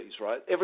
right